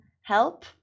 help